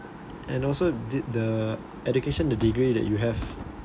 and also did the education the degree that you have